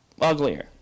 uglier